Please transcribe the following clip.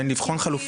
כן, לבחון חלופות?